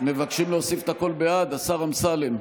מבקשים להוסיף את הקול בעד, השר אמסלם?